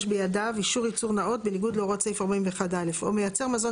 בידיו אישור ייצור נאות בניגוד להוראות סעיף 41(א) או מייצר מזון